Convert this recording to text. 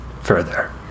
further